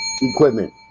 equipment